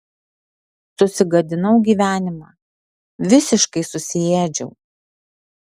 susigadinau gyvenimą visiškai susiėdžiau